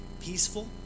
peaceful